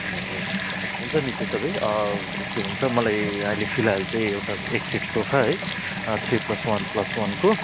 ए हुन्छ नि त्यसो भए के भन्छ मलाई अहिले फिलहाल चाहिँ एउटा एक सेट सोफा है थ्री प्लस वान प्लस वानको